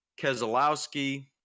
Keselowski